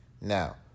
Now